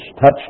touch